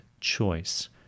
choice